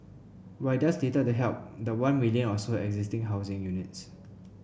but it does little to help the one million or so existing housing units